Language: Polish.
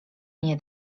nie